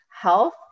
health